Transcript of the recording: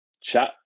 chat